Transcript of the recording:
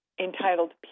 entitled